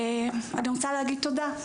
אני רוצה להגיד תודה.